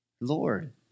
Lord